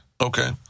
okay